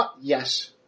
Yes